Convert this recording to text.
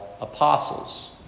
apostles